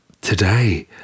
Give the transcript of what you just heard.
today